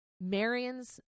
Marion's